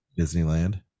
Disneyland